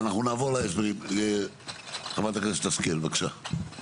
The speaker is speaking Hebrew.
חברת הכנסת השכל בבקשה.